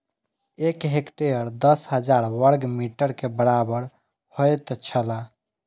एक हेक्टेयर दस हजार वर्ग मीटर के बराबर होयत छला